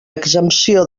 exempció